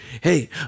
Hey